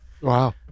Wow